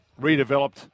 redeveloped